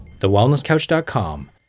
thewellnesscouch.com